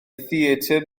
theatr